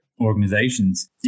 organizations